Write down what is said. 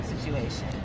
situation